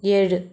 ஏழு